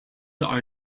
are